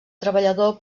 treballador